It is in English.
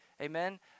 amen